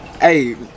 Hey